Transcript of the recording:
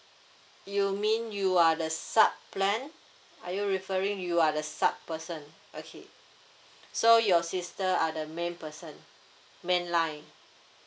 you mean you are the sub plan are you referring you are the sub person okay so your sister are the main person main line